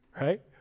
Right